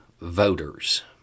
voters